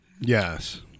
yes